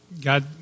God